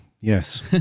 yes